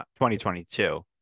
2022